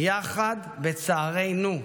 יחד בצערנו,